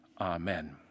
amen